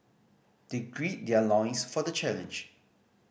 they gird their loins for the challenge